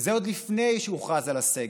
וזה עוד לפני שהוכרז על הסגר,